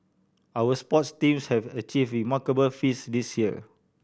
our sports teams have achieve remarkable feats this year